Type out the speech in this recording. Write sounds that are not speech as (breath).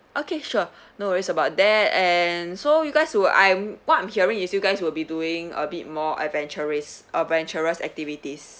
okay sure (breath) no it's about that and so you guys will I'm what I'm hearing is you guys will be doing a bit more adventurous adventurous activities